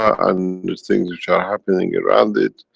and the things which are happening around it.